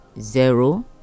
zero